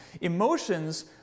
Emotions